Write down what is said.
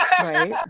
right